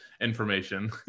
information